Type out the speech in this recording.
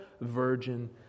virgin